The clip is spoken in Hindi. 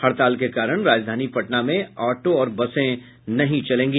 हड़ताल के कारण राजधानी पटना में ऑटो और बसें नहीं चलेंगी